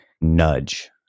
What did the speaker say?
nudge